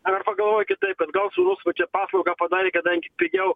ar pagalvoja kitaip kad gal sūnus va čia paslaugą padarė kadangi pigiau